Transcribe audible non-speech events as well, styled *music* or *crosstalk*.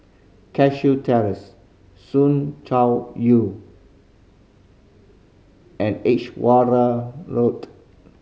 Cashew Terrace Soo Chow You and Edge *unintelligible* Road